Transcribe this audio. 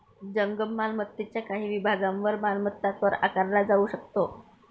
जंगम मालमत्तेच्या काही विभागांवर मालमत्ता कर आकारला जाऊ शकतो